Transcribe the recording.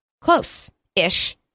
close-ish